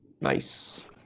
Nice